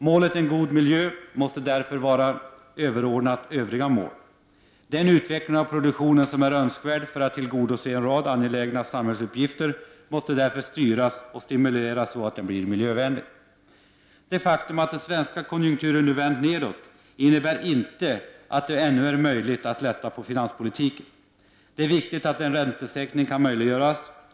Målet en god miljö måste därför vara överordnat övriga mål. Den utveckling av produktionen som är önskvärd för att tillgodose en rad angelägna samhällsuppgifter måste därför styras och stimuleras så att den blir miljövänlig. Det faktum att den svenska konjunkturen nu vänt neråt innebär inte att det ännu är möjligt att lätta på finanspolitiken. Det är viktigt att en räntesänkning möjliggörs.